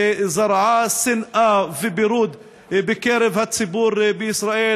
שזרעה שנאה ופירוד בקרב הציבור בישראל,